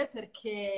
Perché